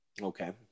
Okay